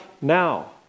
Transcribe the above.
now